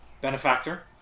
benefactor